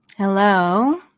Hello